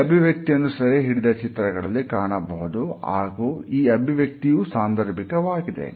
ಈ ಅಭಿವ್ಯಕ್ತಿಯನ್ನು ಸೆರೆಹಿಡಿದ ಚಿತ್ರಗಳಲ್ಲಿ ಕಾಣಬಹುದು ಹಾಗೂ ಈ ಅಭಿವ್ಯಕ್ತಿಯೂ ಸಾಂದರ್ಭಿಕ ವಾಗಿದೆ